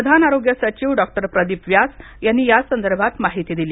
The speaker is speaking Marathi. प्रधान आरोग्य सचिव डॉ प्रदीप व्यास यांनी यासंदर्भात माहिती दिली